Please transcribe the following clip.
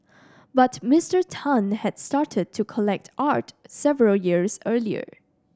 but Mister Tan had started to collect art several years earlier